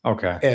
Okay